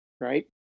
Right